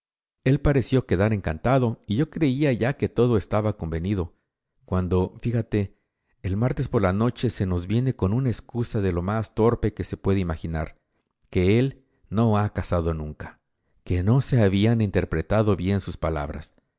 pareció quedar encantado y yo creía ya oue todo estaba convenido cuando fíjate el martes por la noche se nos viene con una excusa de lo más torpe que se puede imaginar que él no ha cazado nunca que no se habían interpretado bien sus palabras